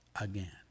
again